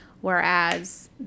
Whereas